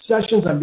sessions